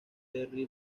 terry